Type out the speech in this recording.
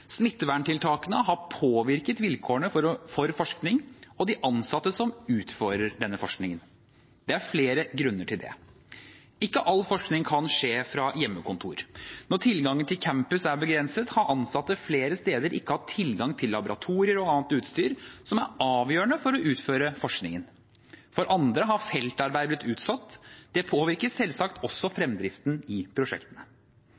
de ansatte som utfører denne forskningen. Det er flere grunner til det. Ikke all forskning kan skje fra hjemmekontor. Når tilgangen til campus er begrenset, har ansatte flere steder ikke hatt tilgang til laboratorier og annet utstyr som er avgjørende for å utføre forskningen. For andre har feltarbeid blitt utsatt. Det påvirker selvsagt også